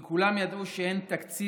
כי כולם ידעו שאין תקציב